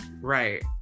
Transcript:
Right